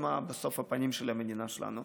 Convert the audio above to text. בסוף הם הפנים של המדינה שלנו.